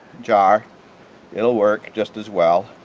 jar it will work just as well